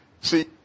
See